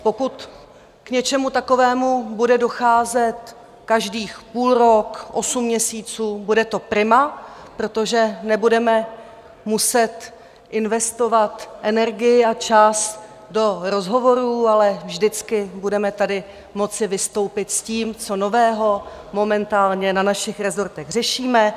Pokud k něčemu takovému bude docházet každý půlrok, osm měsíců, bude to prima, protože nebudeme muset investovat energii a čas do rozhovorů, ale vždycky budeme tady moci vystoupit s tím, co nového momentálně na našich resortech řešíme.